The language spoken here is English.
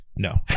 No